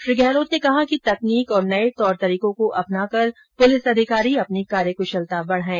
श्री गहलोत ने कहा कि तकनीक और नए तौर तरीकों को अपनाकर पुलिस अधिकारी अपनी कार्य कुशलता बढ़ाएं